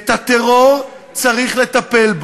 בטרור צריך לטפל.